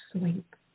sleep